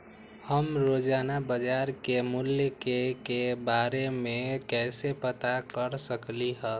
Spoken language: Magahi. हम रोजाना बाजार के मूल्य के के बारे में कैसे पता कर सकली ह?